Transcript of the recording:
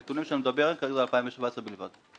הנתונים שאני מדבר עליהם כרגע הם רק ל-2017, בלבד.